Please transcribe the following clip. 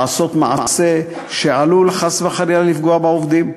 לעשות מעשה שעלול חס וחלילה לפגוע בעובדים.